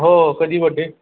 हो कधी बडडे